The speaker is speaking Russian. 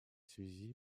связи